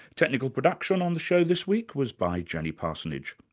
technical production on the show this week was by jenny parsonage.